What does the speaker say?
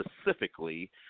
specifically